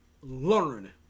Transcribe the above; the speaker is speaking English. learn